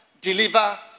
deliver